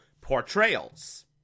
portrayals